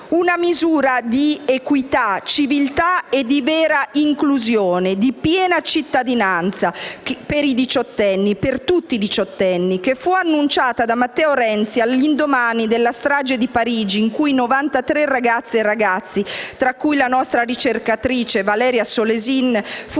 Una misura di equità, civiltà e di vera inclusione, di piena cittadinanza per tutti i diciottenni, che fu annunciata da Matteo Renzi all'indomani della strage di Parigi in cui 93 ragazze e ragazzi - tra cui la nostra ricercatrice, Valeria Solesin -